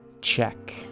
check